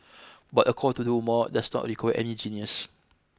but a call to do more does not require any genius